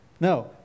no